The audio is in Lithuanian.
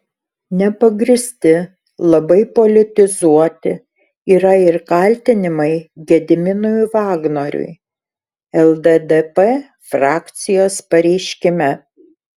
nepagrįsti labai politizuoti yra ir kaltinimai gediminui vagnoriui lddp frakcijos pareiškime